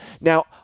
Now